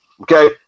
okay